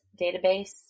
database